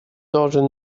должен